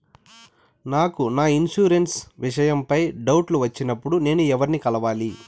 నాకు నా ఇన్సూరెన్సు విషయం పై డౌట్లు వచ్చినప్పుడు నేను ఎవర్ని కలవాలి?